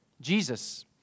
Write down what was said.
Jesus